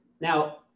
Now